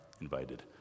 invited